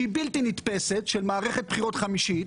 מציאות שהיא בלתי נתפסת של מערכת בחירות חמישית.